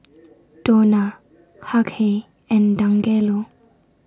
Donna Hughey and Dangelo